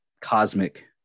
cosmic